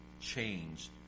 change